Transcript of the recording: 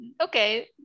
Okay